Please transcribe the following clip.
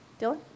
Dylan